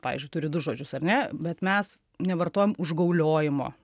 pavyzdžiui turi du žodžius ar ne bet mes nevartojam užgauliojimo